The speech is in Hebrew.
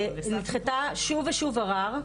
היא נדחתה שוב ושוב ערער,